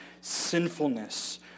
sinfulness